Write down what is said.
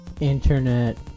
Internet